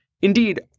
Indeed